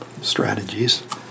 strategies